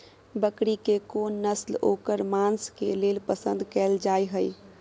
बकरी के कोन नस्ल ओकर मांस के लेल पसंद कैल जाय हय?